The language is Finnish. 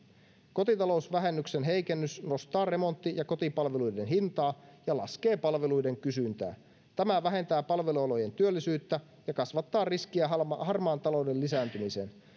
kotitalousvähennyksen heikennys nostaa remontti ja kotipalveluiden hintaa ja laskee palveluiden kysyntää tämä vähentää palvelualojen työllisyyttä ja kasvattaa riskiä harmaan harmaan talouden lisääntymiseen